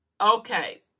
Okay